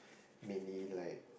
mainly like